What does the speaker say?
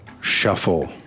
Shuffle